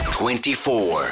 twenty-four